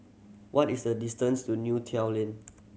what is the distance to Neo Tiew Lane